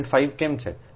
5 કેમ છે